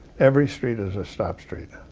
every street is a stop street,